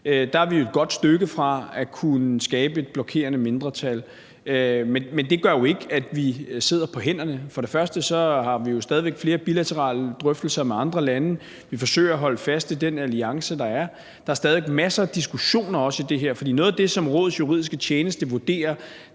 er vi jo et godt stykke fra at kunne skabe et blokerende mindretal. Men det gør jo ikke, at vi sidder på hænderne. Vi har jo stadig væk flere bilaterale drøftelser med andre lande, vi forsøger at holde fast i den alliance, der er, og der er stadig væk også masser af diskussioner i det. For noget af det, som Rådets juridiske tjeneste vurderer